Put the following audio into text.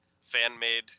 fan-made